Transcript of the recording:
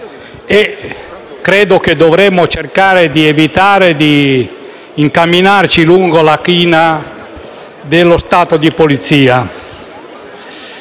e credo che dovremmo cercare di evitare di incamminarci lungo la china dello Stato di polizia.